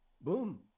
boom